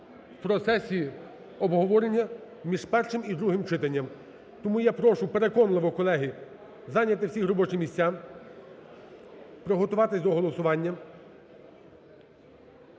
в процесі обговорення між першим і другим читанням. Тому я прошу переконливо, колеги, зайняти всіх робочі місця, приготуватись до голосування.